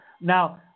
Now